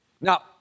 Now